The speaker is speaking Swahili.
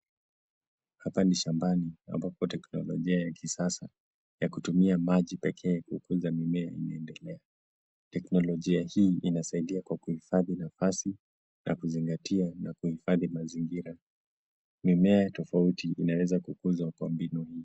Hapa ni shambani ambapo teknolojia ya kisasa ya kutumia maji pekee kukuza mimea inaendealea. Teknolojia hii inasaidia kwa hukifadhi nafasi na kuzingatia na kuhifadhi mazingira. Mimea tofauti inaweza kukuzwa kwa mbinu hii.